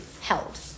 held